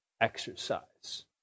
exercise